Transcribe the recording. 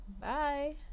Bye